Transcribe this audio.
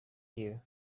you